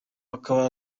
akaba